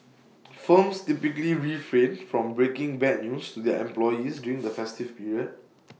firms typically refrain from breaking bad news to their employees during the festive period